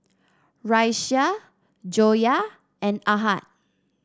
Raisya Joyah and Ahad